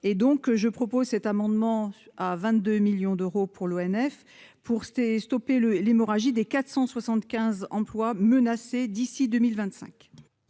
et donc je propose cet amendement à 22 millions d'euros pour l'ONF pour c'était stopper le l'hémorragie des 475 emplois menacés d'ici 2025.